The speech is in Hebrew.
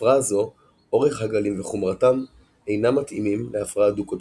בהפרעה זו אורך הגלים וחומרתם אינם מתאימים להפרעה דו-קוטבית.